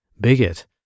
bigot